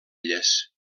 elles